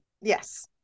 Yes